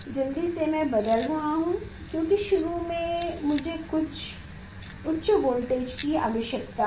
जल्दी से मैं बदल रहा हूं क्योंकि शुरू में मुझे कुछ उच्च वोल्टेज की आवश्यकता है